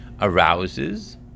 arouses